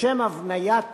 לשם הבניית